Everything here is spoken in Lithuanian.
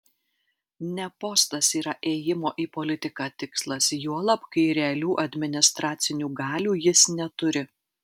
ne postas yra ėjimo į politiką tikslas juolab kai realių administracinių galių jis neturi